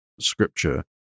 scripture